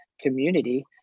community